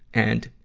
and,